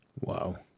wow